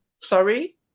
Sorry